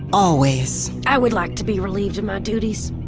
always i would like to be relieved of my duties,